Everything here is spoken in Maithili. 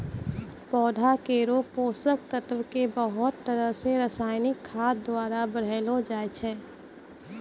पौधा केरो पोषक तत्व क बहुत तरह सें रासायनिक खाद द्वारा बढ़ैलो जाय छै